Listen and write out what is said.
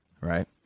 right